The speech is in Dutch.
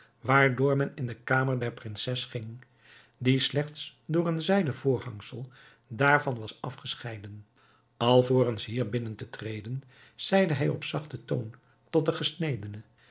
waardoor men in de kamer der prinses ging die slechts door een zijden voorhangsel daarvan was afgescheiden alvorens hier binnen te treden zeide hij op zachten toon tot den gesnedene